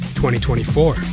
2024